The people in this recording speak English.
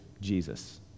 Jesus